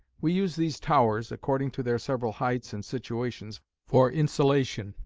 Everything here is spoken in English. we use these towers, according to their several heights, and situations, for insolation,